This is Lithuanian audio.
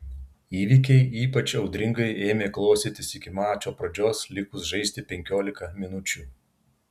įvykiai ypač audringai ėmė klostytis iki mačo pradžios likus žaisti penkiolika minučių